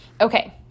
okay